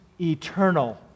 eternal